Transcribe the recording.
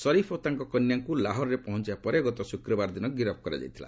ସରିଫ୍ ଓ ତାଙ୍କ କନ୍ୟାଙ୍କୁ ଲାହୋର୍ରେ ପହଞ୍ଚିବା ପରେ ଗତ ଶୁକ୍ରବାର ଦିନ ଗିରଫ୍ କରାଯାଇଥିଲା